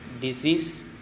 disease